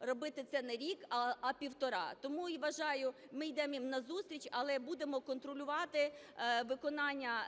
робити це не рік, а півтора. Тому і вважаю, ми йдемо їм назустріч, але будемо контролювати виконання